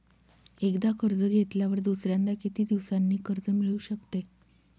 एकदा कर्ज घेतल्यावर दुसऱ्यांदा किती दिवसांनी कर्ज मिळू शकते?